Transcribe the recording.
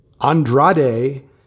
Andrade